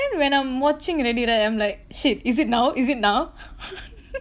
then when I'm watching already right then I'm like shit is it now is it now